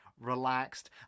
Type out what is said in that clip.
relaxed